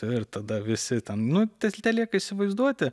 ir tada visi ten nu te telieka įsivaizduoti